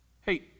Hey